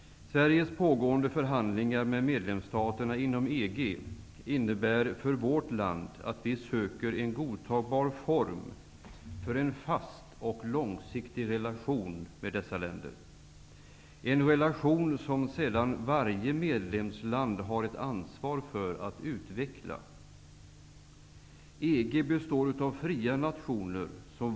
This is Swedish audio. Sveriges pågående förhandlingar med medlemsstaterna inom EG innebär för vårt land att vi söker en godtagbar form för en fast och långsiktig relation med dessa länder. Varje medlemsland har sedan ett ansvar för att denna relation vidareutvecklas. EG består av fria nationer.